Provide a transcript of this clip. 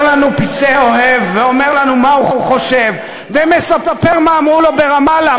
"פצעי אוהב" ואומר לנו מה הוא חושב ומספר מה אמרו לו ברמאללה,